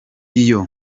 iyo